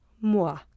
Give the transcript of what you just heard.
moi